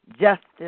Justice